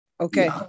Okay